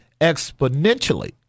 exponentially